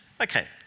Okay